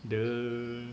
!duh!